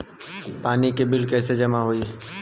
पानी के बिल कैसे जमा होयी?